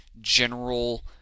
general